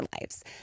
lives